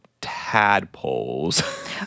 tadpoles